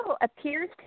appears